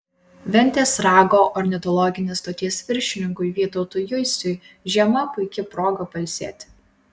ventės rago ornitologinės stoties viršininkui vytautui jusiui žiema puiki proga pailsėti